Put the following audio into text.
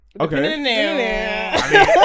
okay